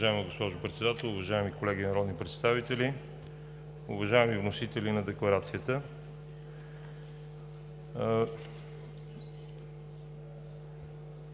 Уважаема госпожо Председател, уважаеми колеги народни представители, уважаеми вносители на Декларацията!